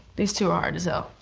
these two are hard as hell.